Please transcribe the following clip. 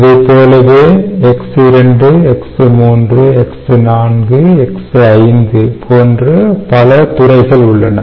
இதைப்போலவே X2 X3 X4 X5 போன்ற பல துறைகள் உள்ளன